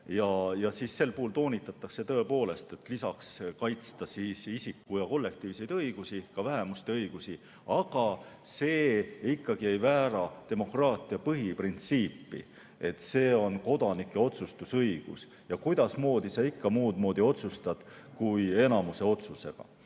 Sel puhul toonitatakse tõepoolest, et lisaks tuleb kaitsta isiku‑ ja kollektiivseid õigusi, ka vähemuste õigusi. Aga see ikkagi ei väära demokraatia põhiprintsiipi, et see on kodanike otsustusõigus. Ja kuidas sa ikka muud moodi otsustad kui enamuse otsusega. Nii,